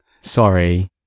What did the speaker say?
Sorry